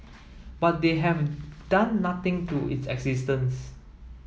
but they have done nothing to its existence